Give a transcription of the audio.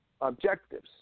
objectives